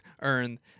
earned